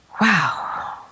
Wow